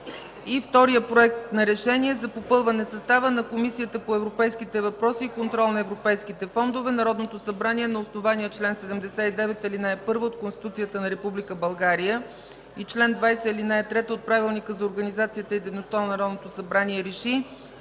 Вторият Проект за решение е за попълване състава на Комисията по европейските въпроси и контрол на европейските фондове. „Народното събрание на основание чл. 79, ал. 1 от Конституцията на Република България и чл. 20, ал. 3 от Правилника за организацията и